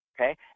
okay